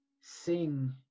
sing